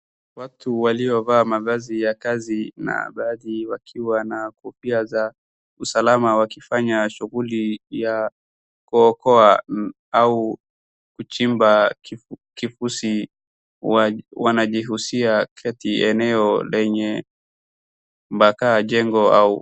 watu waliovaa mavazi ya kazi na baadhi wakiwa na kofia za usalama wakifanya shughuli ya kuokoa au kuchimba kifusi. Wanajihusia kati ya eneo lenye wa bakaa jengo au.